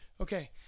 Okay